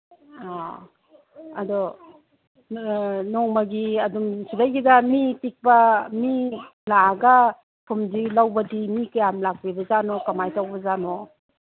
ꯑ ꯑꯗꯣ ꯅꯣꯡꯃꯒꯤ ꯑꯗꯨꯝ ꯁꯤꯗꯒꯤꯁꯤꯗ ꯃꯤ ꯇꯤꯛꯄ ꯃꯤ ꯂꯥꯛꯑꯒ ꯊꯨꯝꯁꯤ ꯂꯧꯕꯗꯤ ꯃꯤ ꯀꯌꯥꯝ ꯂꯥꯛꯄꯤꯕꯖꯥꯠꯅꯣ ꯀꯔꯃꯥꯏ ꯇꯧꯕꯖꯥꯠꯅꯣ